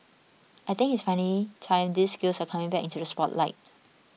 I think it's finally time these skills are coming back into the spotlight